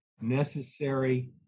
necessary